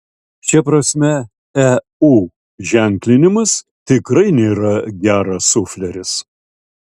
šia prasme eu ženklinimas tikrai nėra geras sufleris